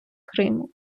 криму